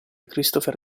christopher